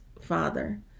Father